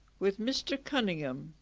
with mr cunningham,